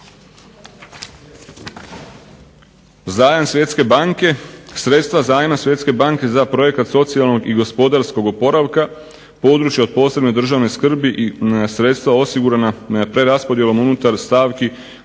Zajam Svjetske banke, sredstva zajma Svjetske banke za projekat socijalnog i gospodarskog oporavka područja od posebne državne skrbi i sredstva osigurana preraspodjelom unutar stavki